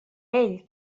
ell